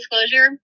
disclosure